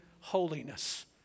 holiness